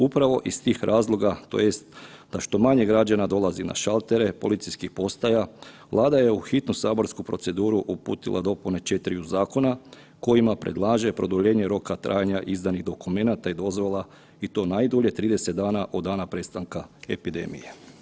Upravo iz tih razloga tj. da što manje građana dolazi na šaltere policijskih postaja Vlada je u hitnu saborsku proceduru uputila dopune 4-riju zakona kojima predlaže produljenje roka trajanja izdanih dokumenata i dozvola i to najdulje 30 dana od dana prestanka epidemije.